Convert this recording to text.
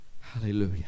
Hallelujah